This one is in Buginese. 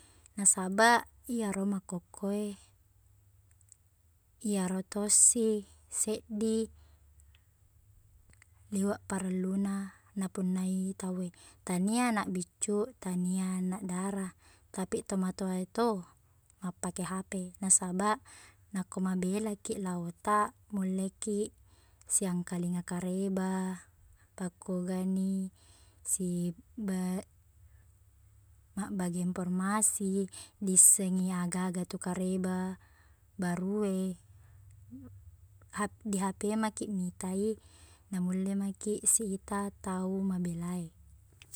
Nasabaq iyaro makkukku e, iyaro tossi seddi liweq parelluna napunnai tauwe. Tania anak biccu, tania anak dara, tapi to matoa e to mappake HP. Nasabaq nako mabelaki laotaq, mullekiq siangkelinga kareba, pakkogani siba- mabbagi informasi, diisseng i aga-aga tu kareba baru e, hap- di HP makiq mitai naulle makiq siita tau mabela e.